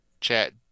chat